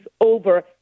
over